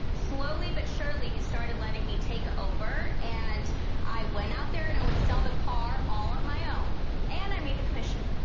slowly but surely he started letting me take over and i went out there and i would sell the car all on my own and i made the commission.